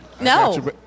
No